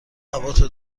هواتو